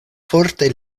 forte